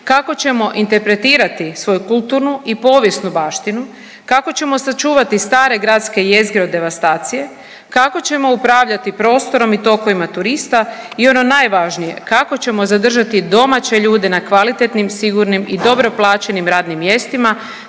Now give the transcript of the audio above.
kako ćemo interpretirati svoju kulturnu i povijesnu baštinu, kako ćemo sačuvati stare gradske jezgre od devastacije, kako ćemo upravljati prostorom i tokovima turista. I ono najvažnije kako ćemo zadržati domaće ljude na kvalitetnim, sigurnim i dobro plaćenim radnim mjestima,